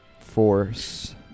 force